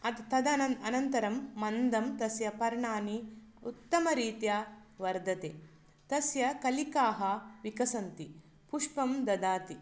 अद् तदनन्तरं मन्दं तस्य पर्णानि उत्तमरीत्या वर्धते तस्य कलिकाः विकसन्ति पुष्पं ददाति